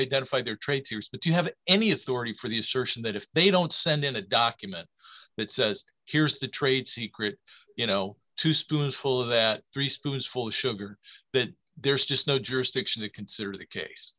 identify their traits used if you have any authority for the assertion that if they don't send in a document that says here's the trade secret you know two students full of that three students full sugar but there's just no jurisdiction to consider the case